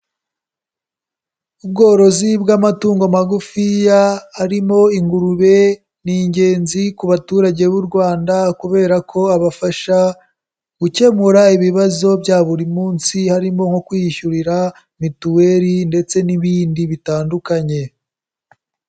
Ubworozi bw'amatungo magufiya arimo ingurube ,ni ingenzi ku baturage b'u Rwanda kubera ko abafasha gukemura ibibazo bya buri munsi, harimo nko kwiyishyurira mituweli ndetse n'ibindi bitandukanye.